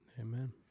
Amen